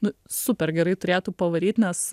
nu super gerai turėtų pavaryt nes